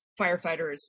firefighters